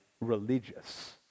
religious